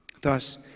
Thus